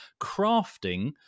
crafting